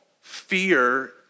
fear